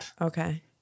Okay